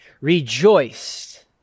rejoiced